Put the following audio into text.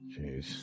Jeez